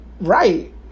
right